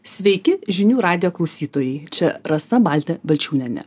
sveiki žinių radijo klausytojai čia rasa baltė balčiūnienė